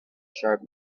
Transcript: sharp